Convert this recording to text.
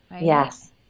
Yes